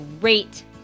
great